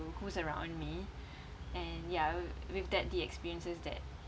to who's around me and ya with that the experiences that